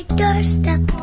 doorstep